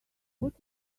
what